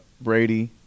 Brady